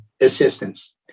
assistance